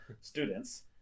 students